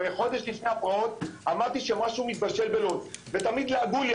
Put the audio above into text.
הרי חודש לפני הפרעות אמרתי שמשהו מתבשל בלוד ותמיד לעגו לי,